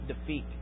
defeat